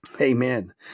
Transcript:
Amen